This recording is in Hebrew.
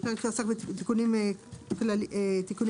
לפרק שעסק בתיקונים עקיפים.